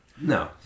No